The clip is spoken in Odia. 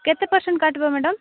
କେତେ ପରସେଣ୍ଟ୍ କାଟିବ ମ୍ୟାଡ଼ାମ୍